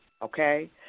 Okay